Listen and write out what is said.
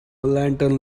lantern